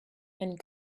and